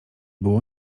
było